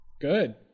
Good